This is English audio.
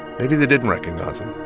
maybe they didn't recognize him.